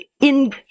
in-